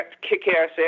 kick-ass